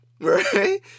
right